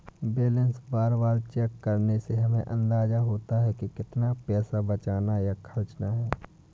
balance बार बार check करने से हमे अंदाज़ा होता है की कितना पैसा बचाना या खर्चना है